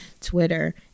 Twitter